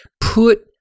put